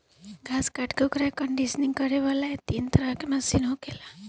घास काट के ओकर कंडीशनिंग करे वाला तीन तरह के मशीन होखेला